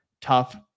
tough